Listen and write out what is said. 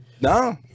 no